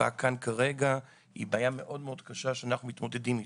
שהוצגה כאן כרגע היא בעיה מאוד מאוד קשה שאנחנו מתמודדים איתה.